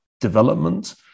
development